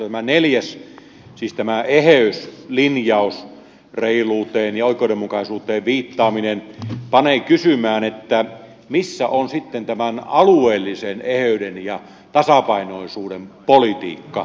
tä mä neljäs siis tämä eheyslinjaus reiluuteen ja oikeudenmukaisuuteen viittaaminen panee kysymään missä on sitten alueellisen eheyden ja tasapainoisuuden politiikka